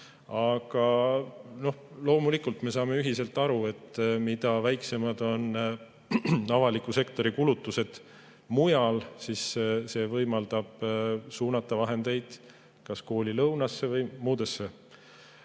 Aga loomulikult, me saame ühiselt aru, et mida väiksemad on avaliku sektori kulutused mujal, seda rohkem on võimalik suunata vahendeid kas koolilõunasse või millessegi